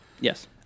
Yes